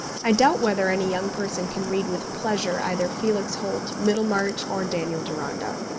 i doubt whether any young person can read with pleasure either felix holt, middlemarch, or daniel deronda.